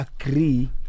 agree